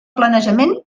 planejament